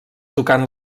tocant